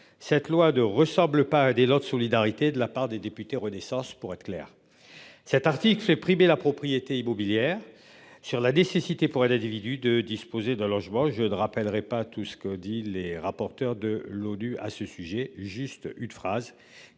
cette loi de ressemblent pas des lots de solidarité de la part des députés Renaissance. Pour être clair. Cet article fait primer la. Il était immobilière sur la nécessité pour elle d'individus de disposer d'un logement je ne rappellerai pas tout ce que dit les rapporteurs de l'ONU à ce sujet juste une phrase